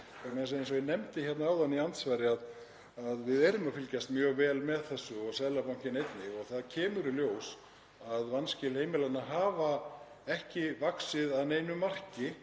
eins og ég nefndi hérna áðan í andsvari, við erum að fylgjast mjög vel með þessu og Seðlabankinn einnig og það kemur í ljós að vanskil heimilanna hafa ekki vaxið að neinu marki